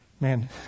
man